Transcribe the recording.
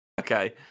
Okay